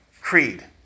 creed